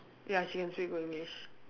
ya she can speak english